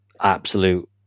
absolute